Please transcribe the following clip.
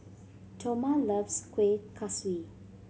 Toma loves Kueh Kaswi